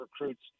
recruits